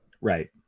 right